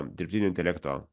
dirbtinio intelekto